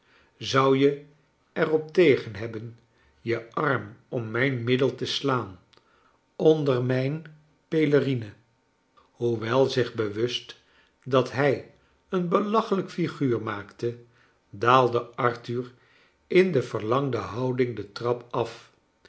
zou je er op tegen hebben je arm om mijn middel te slaan onder mijn pelerine v hoewel zich bewust dat hij een belauhelijk figuur maakte daalde arthur in de verlangde houding de trap af